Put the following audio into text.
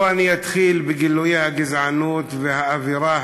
או שאני אתחיל בגילויי הגזענות ואווירת